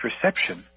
perception